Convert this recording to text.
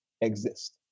exist